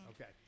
Okay